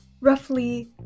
roughly